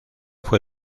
fue